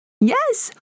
Yes